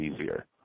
easier